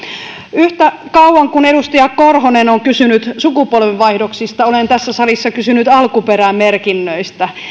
yhtä kauan kuin edustaja korhonen on kysynyt sukupolvenvaihdoksista olen tässä salissa kysynyt alkuperämerkinnöistä